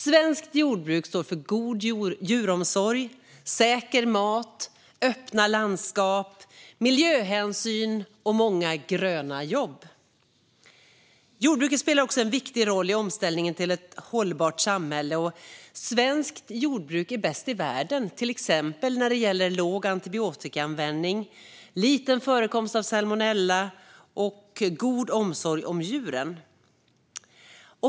Svenskt jordbruk står för god djuromsorg, säker mat, öppna landskap, miljöhänsyn och många gröna jobb. Jordbruket spelar också en viktig roll i omställningen till ett hållbart samhälle. Och svenskt jordbruk är bäst i världen till exempel när det gäller låg antibiotikaanvändning, liten förekomst av salmonella och god omsorg om djuren.